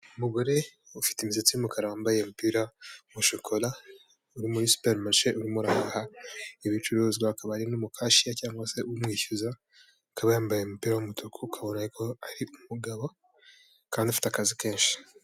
Umugore ufite imisatsi y'umumukara wambaye umupira wa shokora uri muri superimarishe urimo urahaha ibicuruzwa akaba ari kumwe n'umukashiya cyangwa se umwishyuza akaba yambaye umupira w'umutuku ukabona ko ari umugabo kandi ufite akazi kenshi.